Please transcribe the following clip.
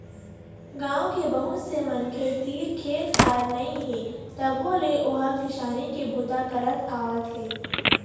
गाँव के बहुत से मनखे तीर खेत खार नइ हे तभो ले ओ ह किसानी के बूता करत आवत हे